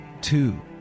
Two